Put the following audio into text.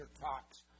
talks